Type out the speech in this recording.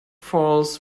falls